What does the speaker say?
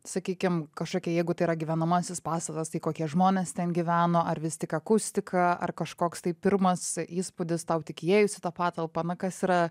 sakykim kažkokie jeigu tai yra gyvenamasis pastatas tai kokie žmonės ten gyveno ar vis tik akustika ar kažkoks tai pirmas įspūdis tau tik įėjus į tą patalpą na kas yra